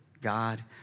God